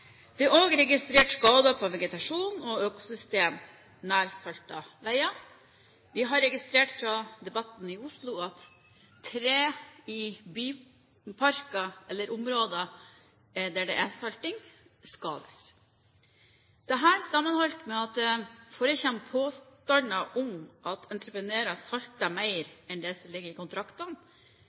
Det er også registrert skader på vegetasjon og økosystemer nær saltede veger. Vi har registrert fra debatten i Oslo at trær i byparker eller områder der det er salting, skades. Dette, sammenholdt med at det forekommer påstander om at entreprenører salter mer enn det som ligger i kontraktene,